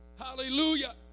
hallelujah